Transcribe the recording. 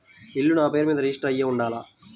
ఇల్లు నాపేరు మీదే రిజిస్టర్ అయ్యి ఉండాల?